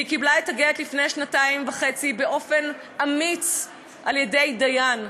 היא קיבלה את הגט לפני שנתיים וחצי באופן אמיץ על-ידי דיין,